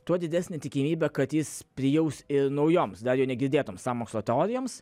tuo didesnė tikimybė kad jis prijaus ir naujoms dar ir negirdėtoms sąmokslo teorijoms